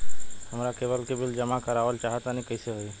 हमरा केबल के बिल जमा करावल चहा तनि कइसे होई?